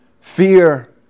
fear